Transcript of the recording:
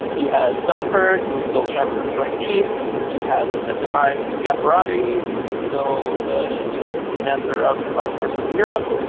you had dunford, who was still chairman of the joint chiefs. you had at the time, scaparrotti, who was still the u s. commander of our forces in europe.